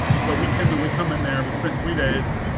so we come and we come in there, we spent three days.